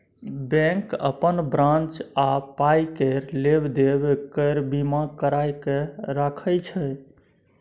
bank अपन branch आ पाइ केर लेब देब केर बीमा कराए कय राखय छै